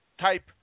type